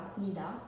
Nida